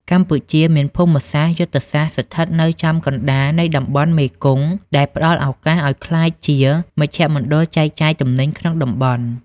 កម្ពុជាមានភូមិសាស្ត្រយុទ្ធសាស្ត្រស្ថិតនៅចំកណ្ដាលនៃតំបន់មេគង្គ ដែលផ្ដល់ឱកាសឱ្យក្លាយជាមជ្ឈមណ្ឌលចែកចាយទំនិញក្នុងតំបន់។